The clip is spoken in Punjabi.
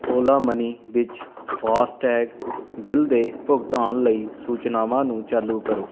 ਓਲਾ ਮਨੀ ਵਿੱਚ ਫਾਸਟੈਗ ਬਿੱਲ ਦੇ ਭੁਗਤਾਨ ਲਈ ਸੂਚਨਾਵਾਂ ਨੂੰ ਚਾਲੂ ਕਰੋ